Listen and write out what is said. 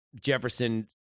Jefferson